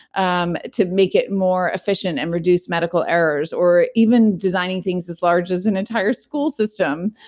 um to make it more efficient and reduce medical errors. or even designing things as large as an entire school system.